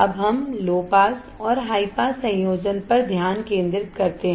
अब हम low pass और हाई पास संयोजन पर ध्यान केंद्रित करते हैं